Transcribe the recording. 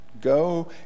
Go